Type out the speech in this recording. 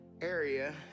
area